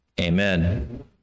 amen